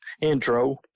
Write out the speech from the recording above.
intro